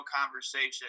conversation